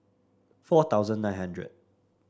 four thousand nine hundred